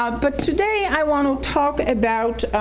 ah but today i want to talk about